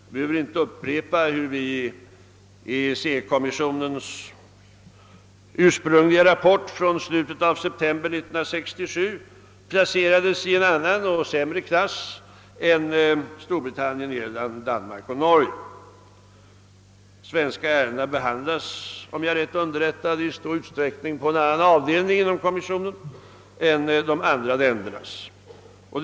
Jag behöver inte upprepa hur vi i EEC-kommissionens ursprungliga rapport från slutet av september 1967 placerades i en annan och sämre klass än Storbritannien, Irland, Danmark och Norge. Svenska ärenden behandlas alltjämt, om jag är rätt underrättad, i stor utsträckning på en annan avdelning inom kommissionen än ärenden beträffande de övriga länderna.